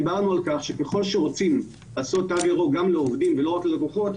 דיברנו על כך שככל שרוצים לעשות תו ירוק גם לעובדים ולא רק ללקוחות,